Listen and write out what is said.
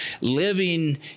living